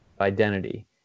identity